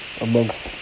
amongst